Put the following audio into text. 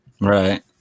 Right